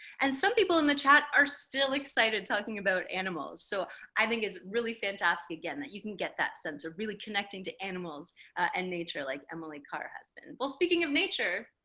and some people in the chat are still excited talking about animals, so i think it's really fantastic again that you can get that sense of really connecting to animals and nature like emily carr has been. well, speaking of nature,